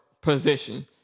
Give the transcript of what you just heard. position